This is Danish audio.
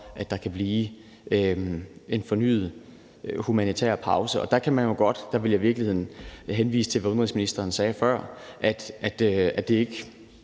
at der kan blive en fornyet humanitær pause. Og der vil jeg i virkeligheden henvise til det, udenrigsministeren sagde før, nemlig at det ikke